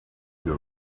your